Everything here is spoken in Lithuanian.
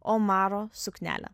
omaro suknelę